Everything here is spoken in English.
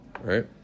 right